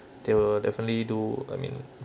they will definitely do I mean